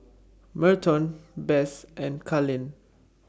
Merton Bess and Kalen